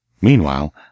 Meanwhile